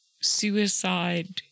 suicide